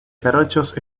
jarochos